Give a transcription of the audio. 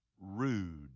rude